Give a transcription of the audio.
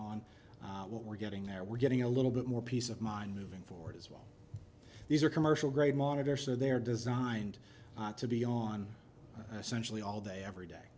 on what we're getting there we're getting a little bit more peace of mind moving forward as well these are commercial grade monitor so they're designed to be on essential we all day every day